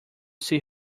see